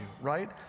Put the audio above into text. right